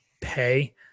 pay